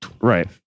Right